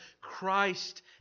Christ